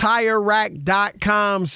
TireRack.com